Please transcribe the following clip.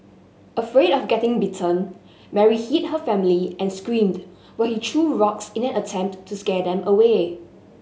afraid of getting bitten Mary hid her family and screamed while he threw rocks in an attempt to scare them away